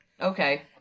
okay